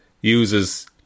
uses